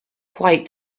quite